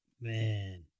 Man